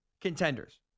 contenders